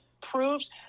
proves